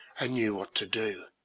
and knew what to do.